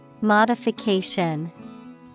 Modification